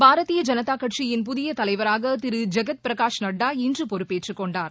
பாரதீய ஜனதாக்கட்சியின் புதிய தலைவராக திரு ஜெகத் பிரகாஷ் நட்டா இன்று பொறுப்பேற்றுக் கொண்டார்